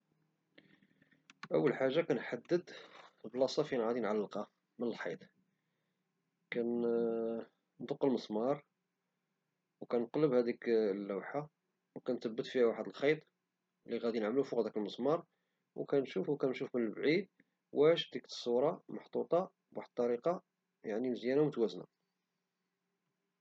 اول حاجة كنحدد البلاصة فين غادي نعلقها من الحيط كندق المسمار او كتقلب هاديك اللوحة او كنتبت فيها واحد الخيط اللي غادي نعملو فوق هاديك المسمار او كنشوف او كنشوف من بعيد واش الصورة محطوطة بواحد الطريقة يعني مزيانة ومتوازنة